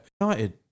United